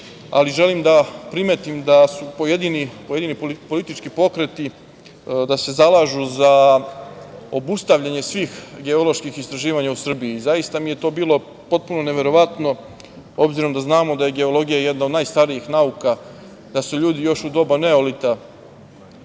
ali želim da primetim da pojedini politički pokreti se zalažu za obustavljanje svih geoloških istraživanja u Srbiji. Zaista mi je to bilo potpuno neverovatno, obzirom da znamo da je geologija jedna od najstarijih nauka, da su ljudi još u doba neolita